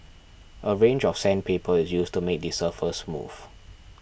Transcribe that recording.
a range of sandpaper is used to make the surface smooth